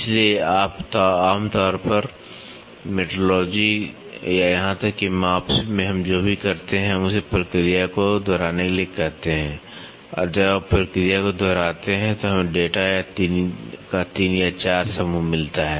इसलिए आम तौर पर मेट्रोलॉजी या यहां तक कि माप में हम जो भी करते हैं हम उसे प्रक्रिया को दोहराने के लिए कहते हैं और जब आप प्रक्रिया को दोहराते हैं तो हमें डेटा का 3 या 4 समूह मिलता है